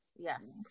yes